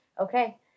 okay